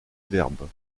verbes